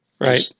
Right